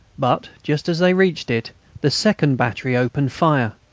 but just as they reached it the second battery opened fire,